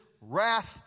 wrath